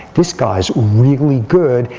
this guy's really good.